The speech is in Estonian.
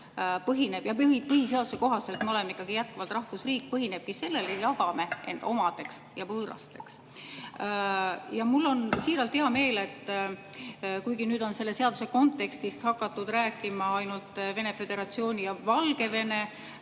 – põhiseaduse kohaselt me oleme ikkagi jätkuvalt rahvusriik – põhinebki sellel, et me jagame end omadeks ja võõrasteks. Mul on siiralt hea meel ... Kuigi nüüd on selle seaduse kontekstis hakatud rääkima ainult Venemaa Föderatsiooni ja Valgevene